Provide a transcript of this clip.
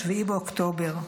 7 באוקטובר.